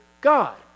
God